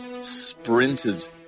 sprinted